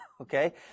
Okay